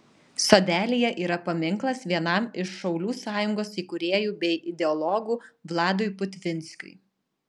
sodelyje yra paminklas vienam iš šaulių sąjungos įkūrėjų bei ideologų vladui putvinskiui